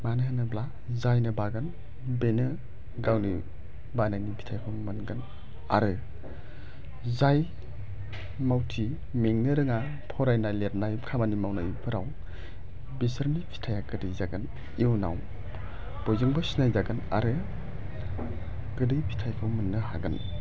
मानो होनोब्ला जायनो बागोन बेनो गावनि बानायनि फिथायखौ मोनगोन आरो जाय मावथि मेंनो रोङा फरायनाय लिरनाय खामानि मावनायफोराव बिसोरनि फिथाया गोदै जागोन इउनाव बयजोंबो सिनायजागोन आरो गोदै फिथायखौ मोननो हागोन